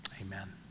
amen